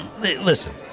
Listen